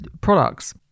products